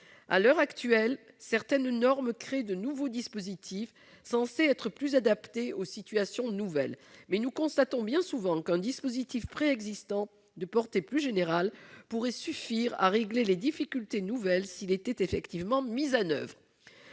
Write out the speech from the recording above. À l'heure actuelle, certaines normes créent de nouveaux dispositifs censés être plus adaptés aux situations nouvelles. Mais nous constatons bien souvent qu'un dispositif préexistant, de portée plus générale, pourrait suffire à régler les difficultés récentes s'il était effectivement mis en oeuvre.